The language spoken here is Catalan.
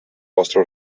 vostre